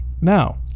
Now